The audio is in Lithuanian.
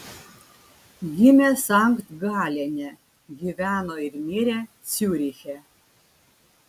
gimė sankt galene gyveno ir mirė ciuriche